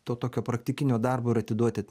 to tokio praktikinio darbo ir atiduoti